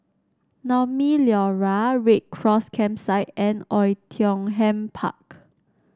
Naumi Liora Red Cross Campsite and Oei Tiong Ham Park